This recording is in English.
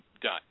done